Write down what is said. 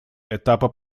этапа